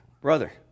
brother